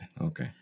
okay